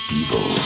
evil